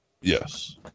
yes